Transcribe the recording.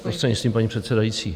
Prostřednictvím paní předsedající.